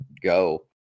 go